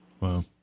Wow